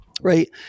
right